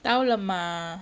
到了吗